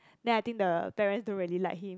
then I think the parents don't really like him